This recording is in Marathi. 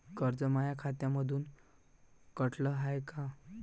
कर्ज माया खात्यामंधून कटलं हाय का?